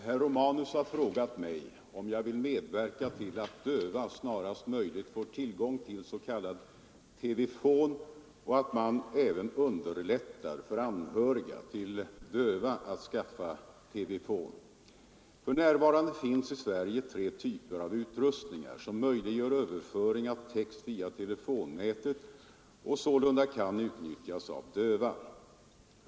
Herr talman! Herr Romanus har frågat mig om jag vill medverka till att döva snarast möjligt får tillgång till s.k. TV-fon, och att man även underlättar för anhöriga till döva att skaffa TV-fon. För närvarande finns i Sverige tre typer av utrustningar som möjliggör överföring av text via telefonnätet och sålunda kan utnyttjas av döva.